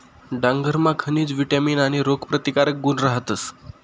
डांगरमा खनिज, विटामीन आणि रोगप्रतिकारक गुण रहातस